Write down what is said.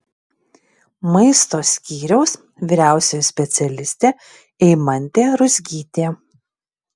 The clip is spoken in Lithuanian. maisto skyriaus vyriausioji specialistė eimantė ruzgytė